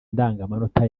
indangamanota